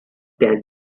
tent